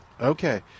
Okay